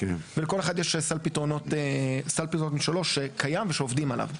ולכל אחד יש סל פתרונות משלו שקיים ושעובדים עליו.